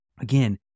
Again